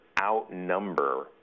outnumber